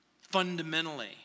fundamentally